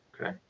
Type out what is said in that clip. Okay